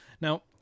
Now